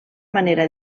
manera